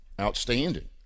outstanding